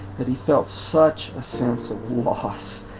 that he felt such a sense of loss